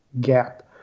gap